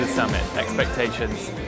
expectations